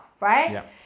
right